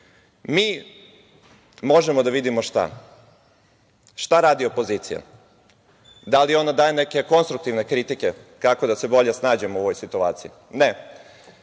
mi možemo da vidimo šta? Šta radi opozicija? Da li ona daje neke konstruktivne kritike kako da se bolje snađemo u ovoj situaciji? Ne. Mi